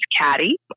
caddy